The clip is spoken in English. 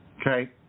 Okay